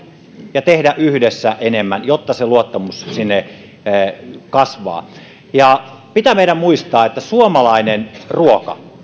ja tehdä yhdessä enemmän jotta luottamus kasvaa ja pitää meidän muistaa että suomalainen ruoka